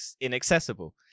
inaccessible